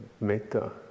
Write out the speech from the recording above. metta